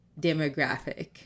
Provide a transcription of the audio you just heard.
demographic